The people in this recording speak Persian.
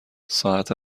ساعت